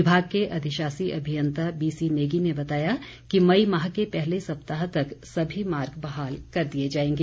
विभाग के अधिशाषी अभियंता बीसी नेगी ने बताया कि मई माह के पहले सप्ताह तक सभी मार्ग बहाल कर दिए जाएंगे